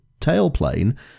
tailplane